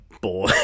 boy